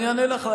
אני אענה לך.